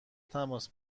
تماس